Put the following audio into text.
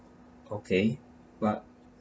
okay but